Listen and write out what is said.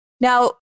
Now